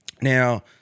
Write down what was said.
Now